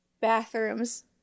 bathrooms